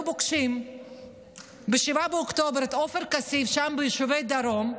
פוגשים את עופר כסיף שם ביישובי הדרום,